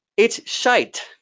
it's shite,